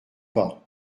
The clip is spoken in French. pas